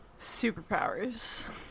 superpowers